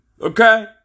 Okay